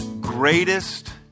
greatest